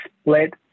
split